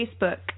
Facebook